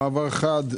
במעבר חד,